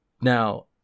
Now